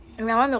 hmm